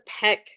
peck